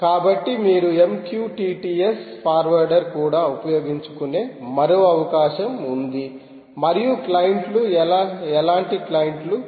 కాబట్టి మీరు MQTT S ఫార్వార్డర్కూడా ఉపయోగించుకునే మరో అవకాశం ఉంది మరియు క్లయింట్లు ఎలాంటి క్లయింట్లు